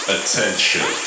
Attention